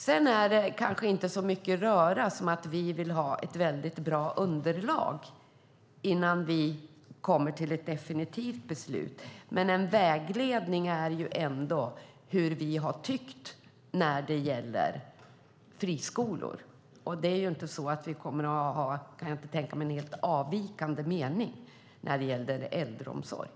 Sedan är det kanske inte så mycket fråga om en röra när vi vill ha ett mycket bra underlag innan vi kommer fram till ett definitivt beslut. En vägledning är hur vi tycker när det gäller friskolor. Jag kan inte tänka mig att vi kommer att ha en helt avvikande mening i fråga om äldreomsorgen.